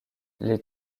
les